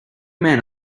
men